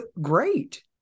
great